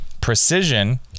precision